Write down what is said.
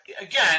again